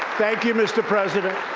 thank you, mr. president.